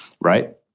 right